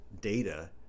data